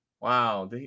wow